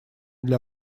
для